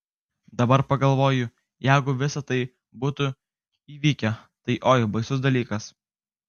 dabar pagalvoju jeigu visa tai būtų įvykę tai oi baisus dalykas